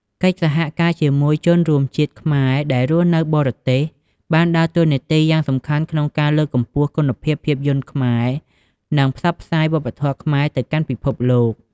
កិច្ចសហការជាមួយជនរួមជាតិខ្មែរដែលរស់នៅបរទេស បានដើរតួនាទីយ៉ាងសំខាន់ក្នុងការ លើកកម្ពស់គុណភាពភាពយន្តខ្មែរ និង ផ្សព្វផ្សាយវប្បធម៌ខ្មែរ ទៅកាន់ពិភពលោក។